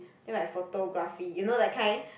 then like photography you know that kind